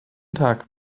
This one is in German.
tag